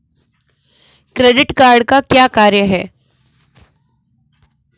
Credit card का क्या कार्य है?